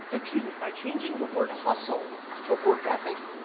excuse me by changing the word hustle to work ethic,